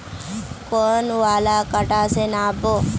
कौन वाला कटा से नाप बो?